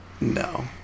No